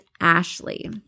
Ashley